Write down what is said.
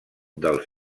dels